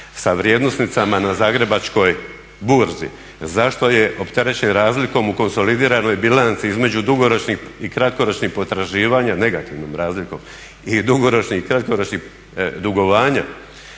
sa vrijednosnicama na zagrebačkoj burzi, zašto je opterećen razlikom u konsolidiranoj bilanci između dugoročnih i kratkoročnih potraživanja negativnom razlikom i dugoročni i kratkoročnih dugovanja?